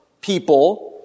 people